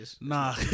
Nah